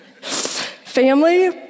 family